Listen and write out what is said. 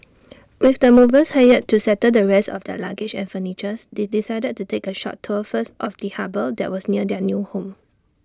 with the movers hired to settle the rest of their luggage and furnitures they decided to take A short tour first of the harbour that was near their new home